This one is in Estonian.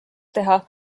teha